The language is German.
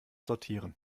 sortieren